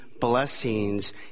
blessings